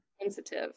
sensitive